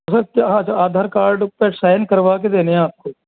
sir क्या Aadhaar card पे sign करवा के देने है आपको